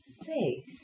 faith